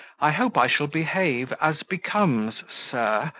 i hope i shall behave as becomes sir,